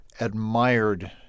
admired